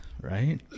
Right